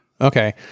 Okay